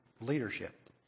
leadership